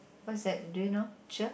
what's that do you know cher